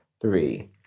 three